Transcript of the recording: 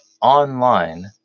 online